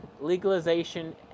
legalization